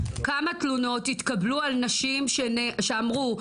כמה תלונות התקבלו על נשים שאמרו,